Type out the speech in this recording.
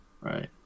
Right